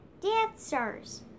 Dancers